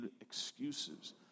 excuses